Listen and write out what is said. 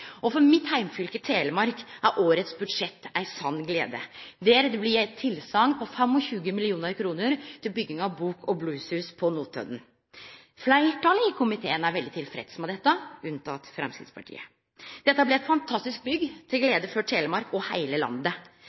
eldre. For mitt heimfylke, Telemark, er årets budsjett ei sann glede. Der har det blitt gitt tilsegn på 25 mill. kr til bygging av Bok- og blueshuset på Notodden. Fleirtalet i komiteen er veldig tilfreds med det, unntatt Framstegspartiet. Det blir eit fantastisk bygg, til glede for Telemark og heile landet.